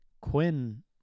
Quinn